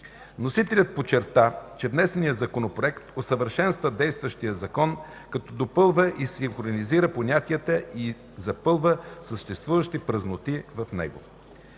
Вносителят подчерта, че внесеният Законопроект усъвършенства действащият Закон, като допълва и синхронизира понятията и запълва съществуващи празноти в него.